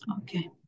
Okay